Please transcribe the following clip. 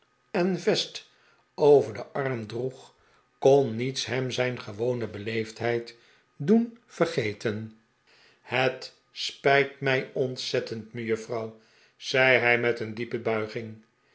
en vest over zijn arm droeg kon niets hem zijn gewone beleefdheid doen vergeten de pickwick club het spijt mij ontzettend mejuffrouw zei hij met een zeer diepe bulging